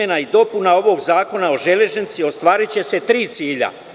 i dopuna ovog Zakona o železnici, ostvariće se tri cilja.